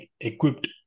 equipped